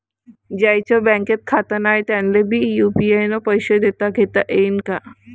ज्याईचं बँकेत खातं नाय त्याईले बी यू.पी.आय न पैसे देताघेता येईन काय?